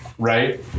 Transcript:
Right